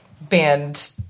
band